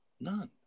None